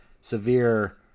severe